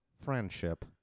friendship